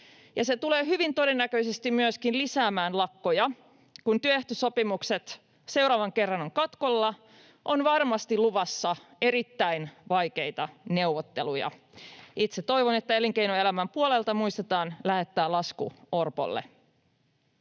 Se tulee hyvin todennäköisesti myöskin lisäämään lakkoja. Kun työehtosopimukset seuraavan kerran ovat katkolla, on varmasti luvassa erittäin vaikeita neuvotteluja. Itse toivon, että elinkeinoelämän puolelta muistetaan lähettää lasku Orpolle.